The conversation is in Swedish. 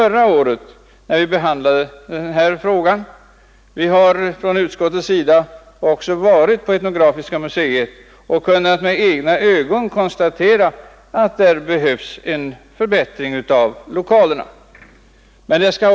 Utskottets ledamöter har också varit på etnografiska museet och där med egna ögon konstaterat att en förbättring av lokalerna behövs.